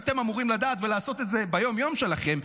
אתם אמורים לדעת ולעשות את זה ביום-יום שלכם,